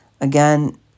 again